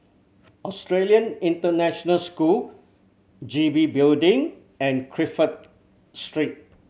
Australian International School G B Building and Crawford Street